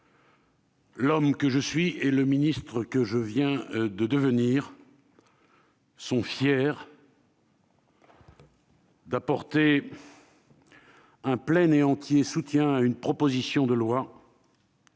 -l'homme que je suis et le ministre que je viens de devenir sont fiers d'apporter un plein et entier soutien à une proposition de loi